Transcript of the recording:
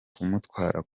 kumutwara